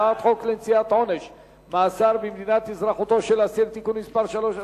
הצעת חוק לנשיאת עונש מאסר במדינת אזרחותו של האסיר (תיקון מס' 3),